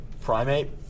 primate